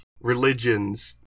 religions